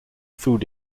food